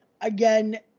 again